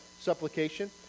supplication